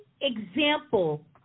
example